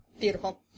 Beautiful